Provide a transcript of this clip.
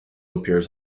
appears